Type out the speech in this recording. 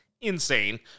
insane